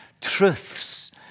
truths